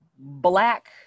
Black